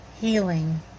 healing